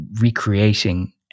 recreating